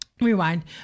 rewind